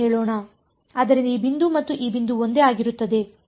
ಆದ್ದರಿಂದ ಈ ಬಿಂದು ಮತ್ತು ಈ ಬಿಂದು ಒಂದೇ ಆಗಿರುತ್ತದೆ